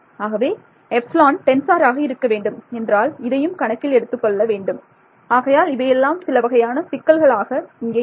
ஆகவே epsilon tensor ஆக இருக்க வேண்டும் என்றால் இதையும் கணக்கில் எடுத்துக்கொள்ள வேண்டும் ஆகையால் இவையெல்லாம் சில வகையான சிக்கல்கள் ஆக இங்கே இருக்கும்